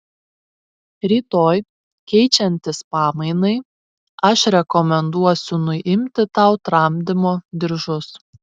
rytoj keičiantis pamainai aš rekomenduosiu nuimti tau tramdymo diržus